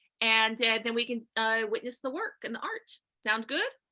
and then we can witness the work and the art. sounds good?